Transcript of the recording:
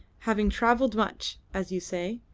having travelled much, as you say.